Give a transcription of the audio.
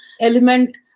element